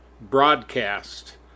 broadcast